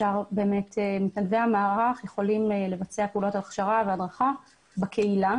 מתנדבי המערך יכולים לבצע פעולות הכשרה והדרכה בקהילה,